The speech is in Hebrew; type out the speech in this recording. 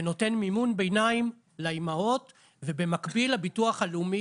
נותן מימון ביניים לאימהות ובמקביל הביטוח הלאומי